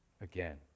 again